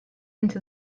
into